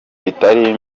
bitari